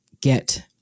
get